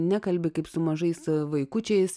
nekalbi kaip su mažais vaikučiais